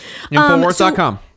infowars.com